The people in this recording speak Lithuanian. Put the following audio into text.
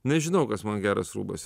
nežinau kas man geras rūbas